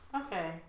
Okay